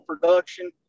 production